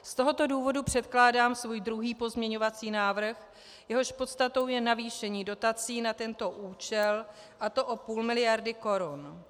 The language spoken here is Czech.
Z tohoto důvodu předkládám svůj pozměňovací návrh, jehož podstatou je navýšení dotací na tento účel, a to o půl miliardy korun.